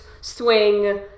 swing